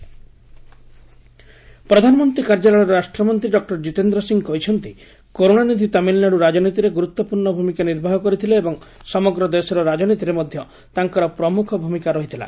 Karunanidhi tribute ପ୍ରଧାନମନ୍ତ୍ରୀ କାର୍ଯ୍ୟାଳୟର ରାଷ୍ଟ୍ରମନ୍ତ୍ରୀ ଡକ୍ଟର କିତେନ୍ଦ୍ର ସିଂ କହିଛନ୍ତି କରୁଣାନିଧି ତାମିଲ୍ନାଡୁ ରାଜନୀତିରେ ଗୁରୁତ୍ୱପୂର୍ଣ୍ଣ ଭୂମିକା ନିର୍ବାହ କରିଥିଲେ ଏବଂ ସମଗ୍ର ଦେଶର ରାଜନୀତିରେ ମଧ୍ୟ ତାଙ୍କର ପ୍ରମୁଖ ଭୂମିକା ରହିଥିଲା